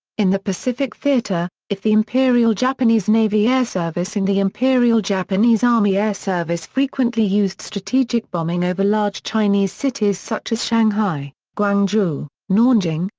in the pacific theatre, if the imperial japanese navy air service and the imperial japanese army air service frequently used strategic bombing over large chinese cities such as shanghai, guangzhou, nanjing,